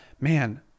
man